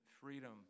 freedom